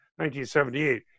1978